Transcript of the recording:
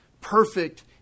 perfect